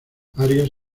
arias